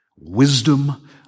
wisdom